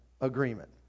agreement